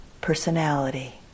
personality